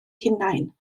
hunain